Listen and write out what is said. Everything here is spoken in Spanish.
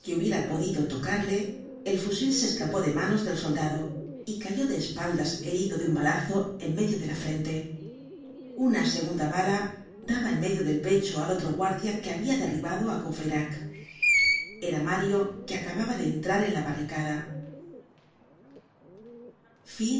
hubiera podido tocarle el fusil se escapó de manos del soldado y cayó de espaldas herido de un balazo en medio de la frente una segunda bala daba en medio del pecho al otro guardia que habia derribado á courfeyrac era mario que acababa de entrar en la barricada